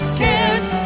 cares